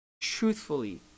Truthfully